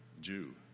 Jew